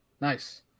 Nice